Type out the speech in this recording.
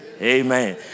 Amen